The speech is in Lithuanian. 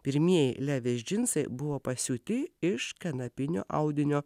pirmieji levis džinsai buvo pasiūti iš kanapinio audinio